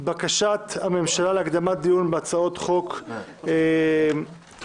בקשת הממשלה להקדמת הדיון בהצעות החוק הבאות בכל